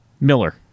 miller